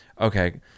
okay